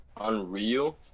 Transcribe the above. Unreal